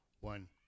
one